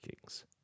kings